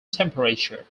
temperature